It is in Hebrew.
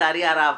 לצערי הרב,